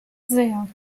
sehr